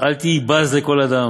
אל תהי בז לכל אדם,